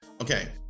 Okay